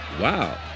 wow